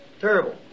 terrible